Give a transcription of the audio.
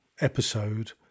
episode